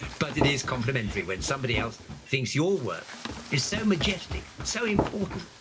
but it is complimentary when somebody else thinks your work is so majestic, so important,